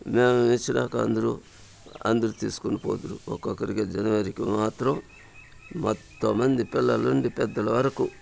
మేము ఇచ్చినాక అందరూ అందరూ తీసుకొని పోదురు ఒక్కొక్కరిగా జనవరికి మాత్రం మొత్తము మంది పిల్లల నుండి పెద్దల వరకు